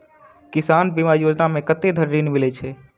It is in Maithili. किसान बीमा योजना मे कत्ते धरि ऋण मिलय छै?